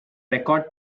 record